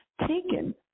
taken